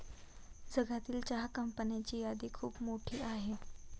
जगातील चहा कंपन्यांची यादी खूप मोठी आहे